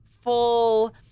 full